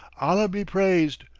allah be praised!